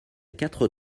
quatre